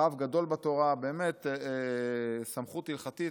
הוא רב גדול בתורה, סמכות הלכתית